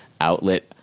outlet